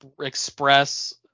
express